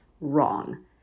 wrong